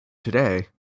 today